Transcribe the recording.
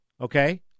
Okay